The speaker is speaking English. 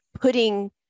putting